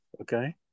Okay